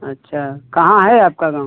अच्छा कहाँ है आपका गाँव